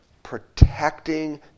protecting